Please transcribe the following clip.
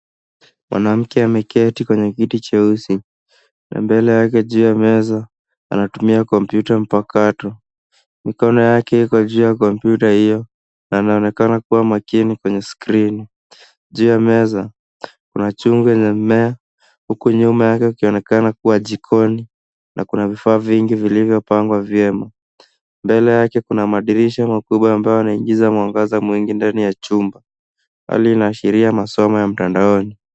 Mwanamke ameketi kwenye kiti cheusi na mbele yake juu ya meza anatumia kompyuta mpakato. Mkono yake iko juu ya kompyuta hiyo na anaonekana kuwa makini kwenye skrini. Juu ya meza kuna chungu yenye mmea huku nyuma yake kukionekana kuwa jikoni na kuna vifaa vingi vilivyopangwa vyema. Mbele yake kuna madirisha makubwa ambayo yanaingiza mwangaza mwingi ndani ya chumba. Hali inaashiria masomo ya mtandaoni.